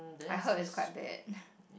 I heard is quite bad